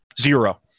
Zero